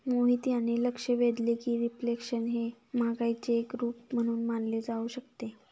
मोहित यांनी लक्ष वेधले की रिफ्लेशन हे महागाईचे एक रूप म्हणून मानले जाऊ शकते